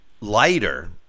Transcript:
lighter